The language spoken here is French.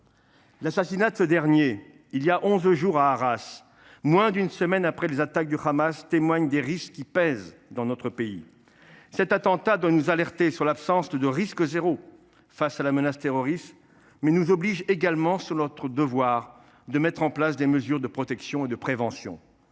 L’assassinat de ce dernier, il y a onze jours, à Arras, moins d’une semaine après les attaques du Hamas, témoigne des risques qui pèsent dans notre pays. Cet attentat doit nous alerter sur l’absence de risque zéro face à la menace terroriste, mais nous oblige également sur notre devoir de mettre en place des mesures de protection et de prévention.